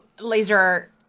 laser